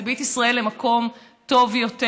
זה יביא את ישראל למקום טוב יותר.